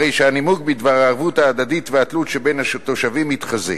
הרי שהנימוק בדבר הערבות ההדדית והתלות שבין התושבים מתחזק.